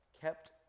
kept